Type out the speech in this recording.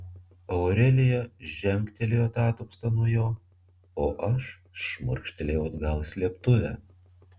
aurelija žengtelėjo atatupsta nuo jo o aš šmurkštelėjau atgal į slėptuvę